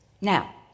Now